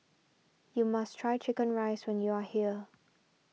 you must try Chicken Rice when you are here